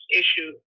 issue